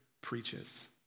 preaches